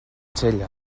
xella